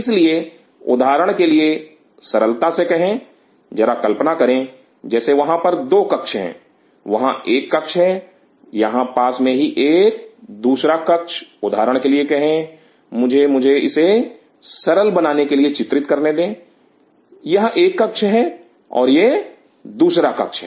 इसलिए उदाहरण के लिए सरलता से कहें जरा कल्पना करें जैसे वहां पर दो कक्ष हैं वहां एक कक्ष है यहां पास में ही एक दूसरा कक्ष उदाहरण के लिए कहे मुझे मुझे इसे सरल बनाने के लिए चित्रित करने दें यह एक कक्ष है और यह दूसरा कक्ष है